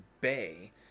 bay